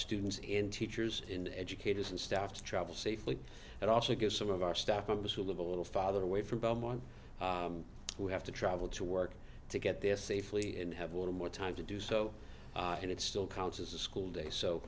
students and teachers and educators and staff to travel safely and also get some of our staff members who live a little father away from belmont who have to travel to work to get there safely and have one more time to do so and it still counts as a school day so